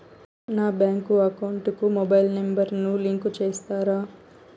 నా bank account కు mobile number ను లింకు చేస్తారా?